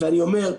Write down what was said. ואני אומר: